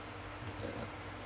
ya